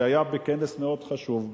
כשהיה בכנס מאוד חשוב אמר: